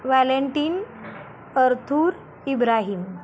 valentin arthur ibrahim